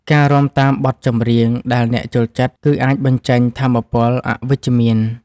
ការរាំតាមបទចម្រៀងដែលអ្នកចូលចិត្ត គឺអាចបញ្ចេញថាមពលអវិជ្ជមាន។